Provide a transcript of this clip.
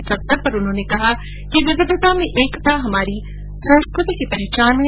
इस अवसर पर उन्होंने कहा कि विविधता में एकता हमारी संस्कृति की पहचान है